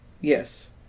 Yes